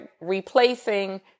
replacing